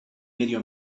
medio